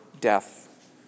death